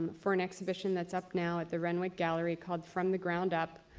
for an exhibition that's up now at the renwick gallery called from the ground up.